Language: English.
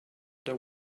their